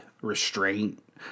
restraint